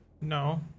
No